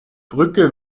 brücke